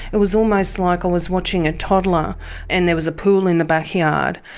it was almost like i was watching a toddler and there was a pool in the backyard.